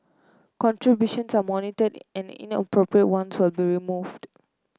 contributions are monitored and inappropriate ones will be removed